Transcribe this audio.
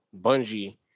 Bungie